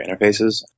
interfaces